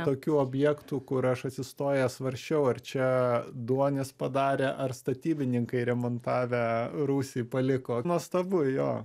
tokių objektų kur aš atsistojęs svarsčiau ar čia duonis padarė ar statybininkai remontavę rūsį paliko nuostabu jo